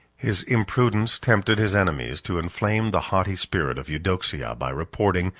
his imprudence tempted his enemies to inflame the haughty spirit of eudoxia, by reporting,